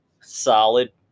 solid